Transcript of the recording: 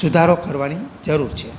સુધારો કરવાની જરૂર છે